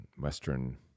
Western